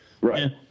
right